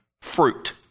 fruit